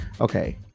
Okay